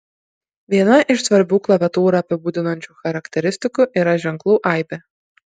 viena iš svarbių klaviatūrą apibūdinančių charakteristikų yra ženklų aibė